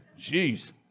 Jeez